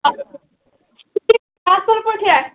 اَصٕل پٲٹھۍ ہہ